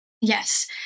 Yes